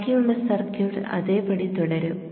ബാക്കിയുള്ള സർക്യൂട്ട് അതേപടി തുടരും